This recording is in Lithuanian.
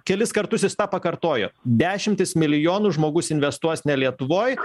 kelis kartus jis tą pakartojo dešimtis milijonų žmogus investuos ne lietuvoj